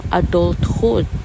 adulthood